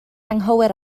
anghywir